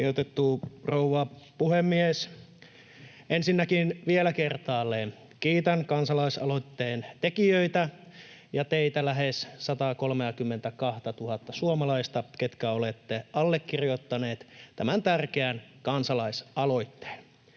Kunnioitettu rouva puhemies! Ensinnäkin vielä kertaalleen kiitän kansalaisaloitteen tekijöitä ja teitä lähes 132 000:ta suomalaista, ketkä olette allekirjoittaneet tämän tärkeän kansalaisaloitteen.